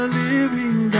living